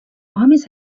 armies